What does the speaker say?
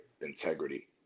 Integrity